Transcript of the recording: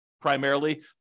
primarily